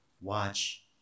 watch